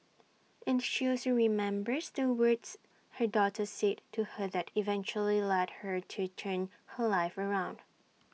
and she also remembers the words her daughter said to her that eventually led her to turn her life around